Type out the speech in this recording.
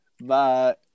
Bye